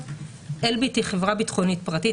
אלביט היא חברה ביטחונית פרטית,